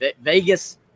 Vegas